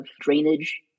drainage